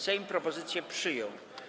Sejm propozycję przyjął.